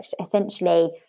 essentially